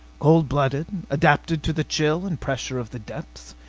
cold blooded, adapted to the chill and pressure of the deeps.